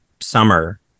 summer